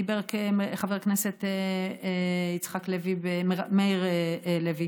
דיבר חבר כנסת מאיר הלוי